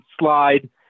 slide